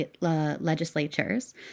legislatures